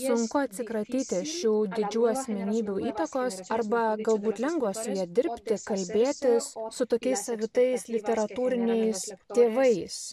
sunku atsikratyti šių didžių asmenybių įtakos arba galbūt lengva su ja dirbti kalbėtis o su tokiais savitais literatūriniais tėvais